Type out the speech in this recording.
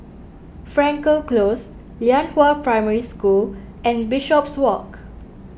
Frankel Close Lianhua Primary School and Bishopswalk